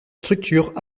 structures